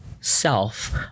self